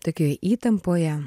tokioj įtampoje